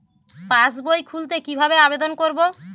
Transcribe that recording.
পাসবই খুলতে কি ভাবে আবেদন করব?